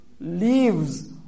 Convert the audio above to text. leaves